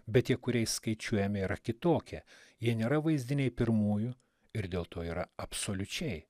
bet tie kuriais skaičiuojame yra kitokie jie nėra vaizdiniai pirmųjų ir dėl to yra absoliučiai